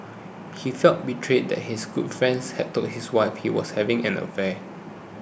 he felt betrayed that his good friends had told his wife he was having an affair